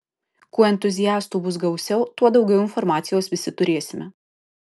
kuo entuziastų bus gausiau tuo daugiau informacijos visi turėsime